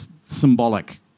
symbolic